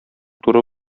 туры